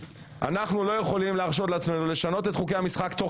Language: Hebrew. אנחנו לא יכולים להרשות לעצמנו לשנות את חוקי המשחק תוך